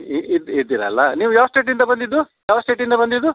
ಇದ್ದೀರಲ್ಲ ನೀವು ಯಾವ ಸ್ಟೇಟಿಂದ ಬಂದಿದ್ದು ಯಾವ ಸ್ಟೇಟಿಂದ ಬಂದಿದ್ದು